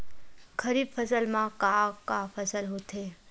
खरीफ फसल मा का का फसल होथे?